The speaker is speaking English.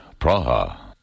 Praha